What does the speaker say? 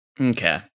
Okay